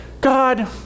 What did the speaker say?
God